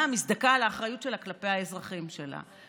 מזדכה על האחריות שלה כלפי האזרחים שלה.